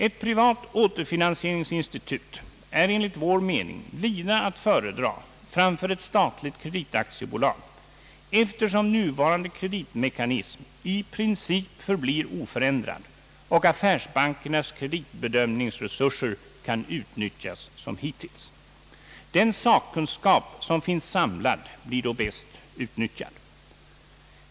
Ett privat återfinansieringsinstitut är enligt vår mening vida att föredra framför ett statligt kreditaktiebolag, eftersom nuvarande kreditmekanism då i princip förblir oförändrad och affärsbankernas =: kreditbedömningsresurser kan utnyttjas som hittills. Den sakkunskap som finns samlad blir då bäst utnyttjad.